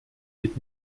wird